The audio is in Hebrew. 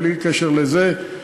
בלי קשר לזה,